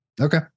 Okay